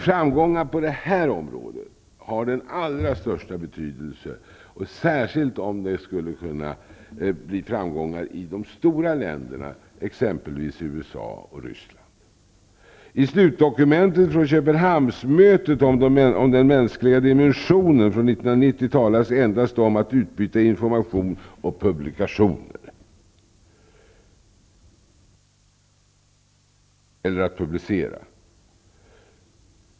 Framgångar på det området har den allra största betydelse, särskilt om det skulle innebära framgångar i de stora länderna, t.ex. USA och Ryssland. I slutdokumentet från Köpenhamnsmötet om den mänskliga dimensionen från 1990, talas endast om att utbyta information och att den publiceras.